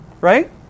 right